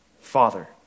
father